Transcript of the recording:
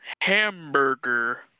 hamburger